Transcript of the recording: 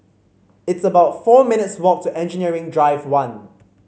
it's about four minutes' walk to Engineering Drive One